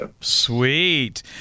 Sweet